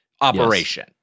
operation